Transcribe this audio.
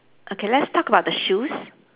okay let's talk about the shoes